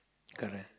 correct